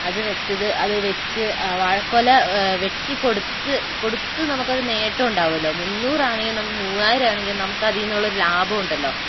അത് വെച്ചത് അത് വെച്ച് വാഴക്കുല വെട്ടികൊടുത്ത് കൊടുത്ത് നമുക്ക് ഒരു നേട്ടം ഉണ്ടാകുമല്ലൊ മുന്നൂറ് ആണെങ്കിലും നമുക്ക് മൂവായിരം ആണേലും നമുക്കതിൽ നിന്നുള്ള ഒരു ലാഭം ഉണ്ടല്ലോ